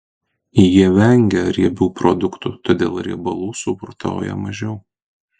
jie vengia riebių produktų todėl riebalų suvartoja mažiau